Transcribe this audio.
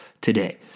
today